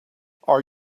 are